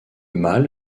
mâle